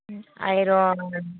उम आइरन